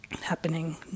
happening